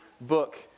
book